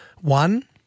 one